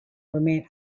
remained